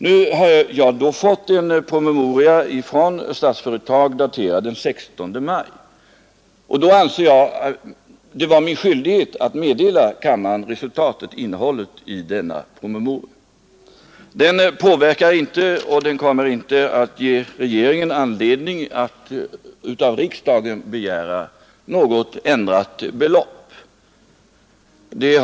Nu har jag fått en promemoria från Statsföretag daterad den 16 maj, och jag har ansett det vara min skyldighet att meddela kammaren innehållet i denna. Den kommer inte att ge regeringen anledning att av riksdagen begära någon ändring av beslutade belopp.